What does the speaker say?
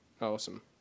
Awesome